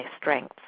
strengths